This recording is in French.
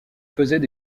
faisaient